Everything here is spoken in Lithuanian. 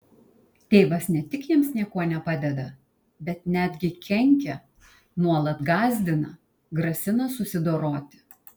tėvas ne tik jiems niekuo nepadeda bet netgi kenkia nuolat gąsdina grasina susidoroti